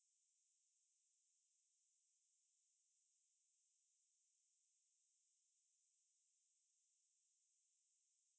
then நான் வந்து கேட்டேன்:naan vanthu kaetten lah like actually why do you need someone there you know you are part of the discussion you know exactly what we're doing